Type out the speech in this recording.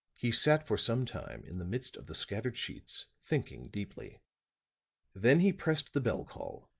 he sat for some time in the midst of the scattered sheets thinking deeply then he pressed the bell call,